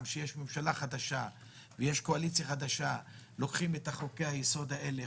כשיש ממשלה חדשה ויש קואליציה חדשה משנים את חוקי-היסוד האלה,